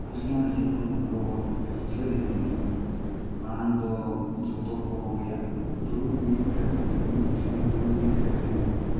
ᱟᱹᱰᱤ ᱜᱟᱱ ᱡᱚᱠᱷᱚᱱ ᱵᱚᱱ ᱟᱵᱚ ᱵᱚᱱ ᱡᱷᱟᱹ ᱤᱫᱤᱜ ᱠᱟᱱᱟ ᱢᱟᱲᱟᱝ ᱫᱚ ᱡᱷᱚᱛᱚ ᱠᱚᱜᱮ ᱫᱩᱲᱩᱵ ᱢᱤᱫ ᱠᱟᱛᱮᱱ ᱢᱤᱫᱴᱷᱮᱱ ᱫᱩᱲᱩᱵ ᱢᱤᱫ ᱠᱟᱛᱮᱱ